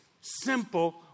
simple